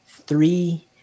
three